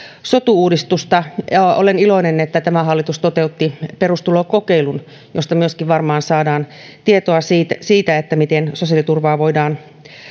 sotu uudistusta olen iloinen että tämä hallitus toteutti perustulokokeilun josta myöskin varmaan saadaan tietoa siitä siitä miten sosiaaliturvaa voidaan